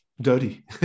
dirty